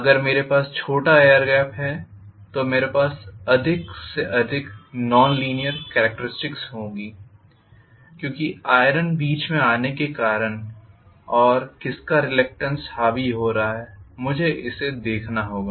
अगर मेरे पास छोटा एयर गेप है तो मेरे पास अधिक से अधिक नॉन लीनीयर कॅरेक्टरिस्टिक्स होगी क्यूंकी आइरन बीच में आने के कारण और किसका रिलक्टेन्स हावी हो रहा है मुझे इसे देखना होगा